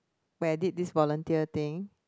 where I did this volunteer thing